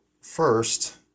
first